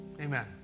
Amen